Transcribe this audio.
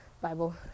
Bible